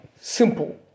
simple